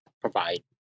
provide